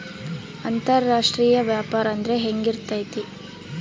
ಅಂತರಾಷ್ಟ್ರೇಯ ವ್ಯಾಪಾರ ಅಂದ್ರೆ ಹೆಂಗಿರ್ತೈತಿ?